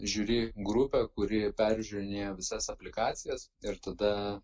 žiuri grupę kuri peržiūrinėja visas aplikacijas ir tada